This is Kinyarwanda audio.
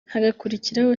hagakurikiraho